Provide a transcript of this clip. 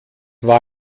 war